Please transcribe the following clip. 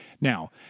Now